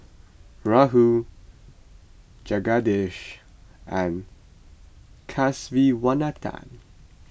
Rahul Jagadish and Kasiviswanathan